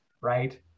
right